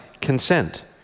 consent